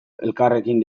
elkarrekin